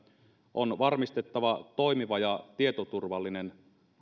on varmistettava toimiva ja tietoturvallinen